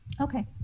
Okay